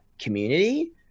community